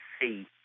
see